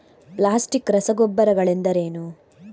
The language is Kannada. ಪ್ಲಾಸ್ಟಿಕ್ ರಸಗೊಬ್ಬರಗಳೆಂದರೇನು?